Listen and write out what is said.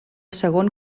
segon